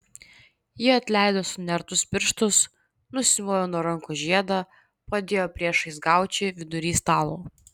ji atleido sunertus pirštus nusimovė nuo rankos žiedą padėjo priešais gaučį vidury stalo